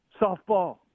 Softball